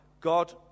God